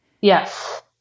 Yes